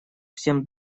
всем